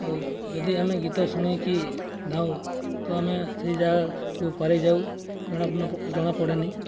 ଆଉ ଯଦି ଆମେ ଗୀତ ଶୁଣିକି ନେଉ ତ ଆମେ ସେ ଜାଗାକୁ ପାରି ଯାଉ ଜଣା ପଡ଼େନି